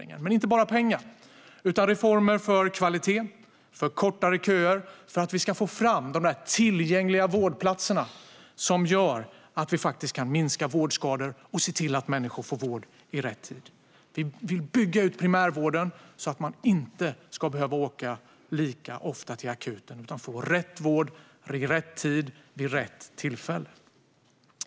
Men det handlar inte bara om pengar utan också om reformer för kvalitet och kortare köer och för att vi ska få fram de tillgängliga vårdplatserna, som gör att vi kan minska vårdskador och se till att människor får vård i rätt tid. Vi bygger ut primärvården så att man inte ska behöva åka lika ofta till akuten utan får rätt vård, i rätt tid och vid rätt tillfälle.